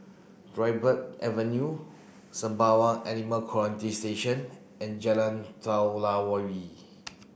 Dryburgh Avenue Sembawang Animal Quarantine Station and Jalan